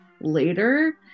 later